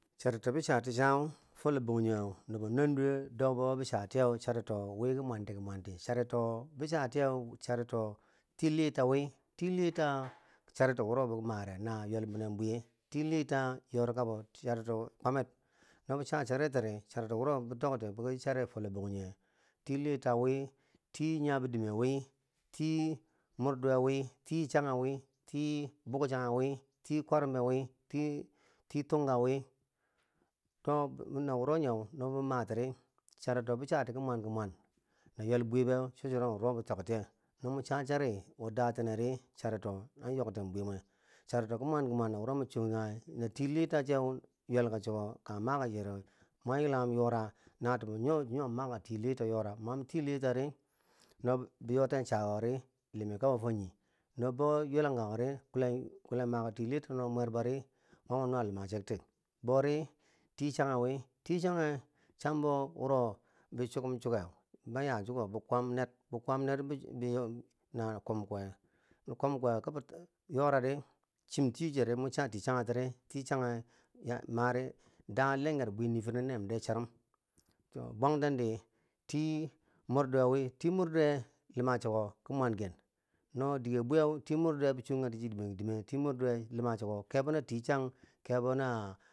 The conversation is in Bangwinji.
Charito bi chati chau fo lott banjange cho chuwo nobbo nanduweu dokbo bi chatiye charito wiki mwanti ki mwanti, charito bi chatiyeu charito li litau wi, ti litau, charito wuro bi mare na yelbenen bwiye, ti lita nyori kabo charito kwamer no bi cha charitiri charito wuro bi tokti biki chari fo lott banjinge ti litawi ti yabedime wi, ti muduwi, ti channye wi, ti bwa channge wi, ti kwarumeu wi, ti tunka wi, to na wuro nye no bi matiri charito bi chati ki mwanki mwan na yelbwe bei cho churo na wuro nye bi toktiye, nomwo chachari wo dateneri charito an yokten bwi mwen charito wuro ki mwan ki mwan na wuro mi chunkange, tilita cheu yelka cheko kange maka cheko mwon yulamung yori, natubo wo nyimam maka chekeu no bi yoten chaka kori limi kabo fo nyi, no mwo bou yulang kakori kulen maka litako mwer bori mami mwo nuu luma chekoti, boriti channye witi channye chambo wuro bo chukkum chuka ban ya chiko bi kuwan ner. bi kuwam ner na kom kowe, bi kam koye kibi nyorari yi chim ti cheri ti mun cha ti chagetiri ti mudduwe wi ti mudduwe luma cheko kibwan ge no dike bwiye ti muduwe no bi chongag chi ti ki dimen ki dimen ti muduwe lima cheko kebo na ti chang kebo na.